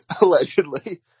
allegedly